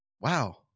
wow